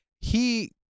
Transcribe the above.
he-